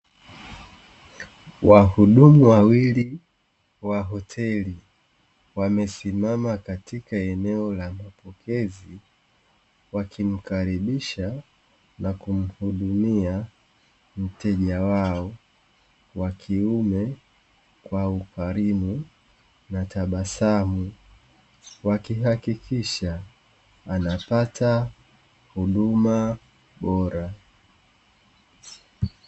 Wahudumu wawili wa hoteli wamesimama katika eneo la mapokezi, wakimkaribisha na kumhudumumia mteja wao wa kiume kwa ukarimu na tabasamu, wakihakikisha anapata huduma bora.